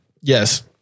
Yes